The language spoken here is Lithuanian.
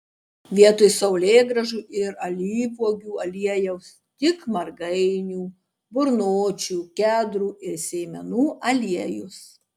vietoj saulėgrąžų ir alyvuogių aliejaus tik margainių burnočių kedrų ir sėmenų aliejus